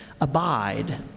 Abide